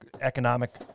economic